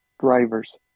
driver's